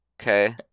Okay